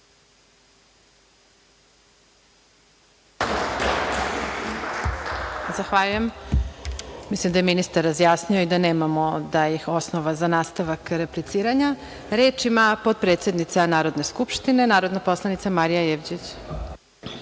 Kovač** Mislim da je ministar razjasnio i da nema osnova za nastavak repliciranja. Reč ima potpredsednica Narodne skupštine, narodna poslanica, Marija Jevđić.